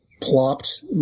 plopped